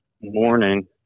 morning